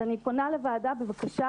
אני פונה לוועדה בבקשה